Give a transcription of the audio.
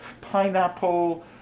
pineapple